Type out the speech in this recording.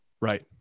Right